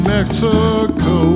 Mexico